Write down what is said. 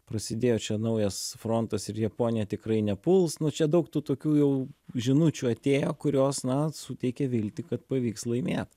prasidėjo čia naujas frontas ir japonija tikrai nepuls nu čia daug tų tokių jau žinučių atėjo kurios na suteikė viltį kad pavyks laimėt